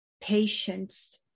patience